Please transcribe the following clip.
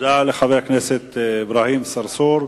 תודה לחבר הכנסת אברהים צרצור.